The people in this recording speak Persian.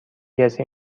کسی